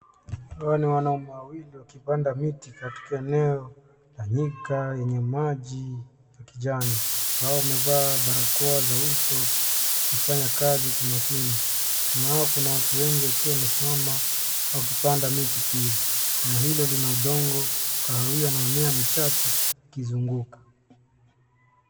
Hawa ni wanaume wawili wakipanda miti katika eneo la nyika yenye maji ya kijani. Wamevaa barakoa za uso wakifanya kazi kwa umakini. Nyuma yao kuna watu wengi wakiwa wamesimama wakipanda miti pia. Eneo hilo lina udongo ya kahawia na mimea michache ikizunguka.